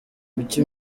kuki